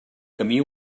camí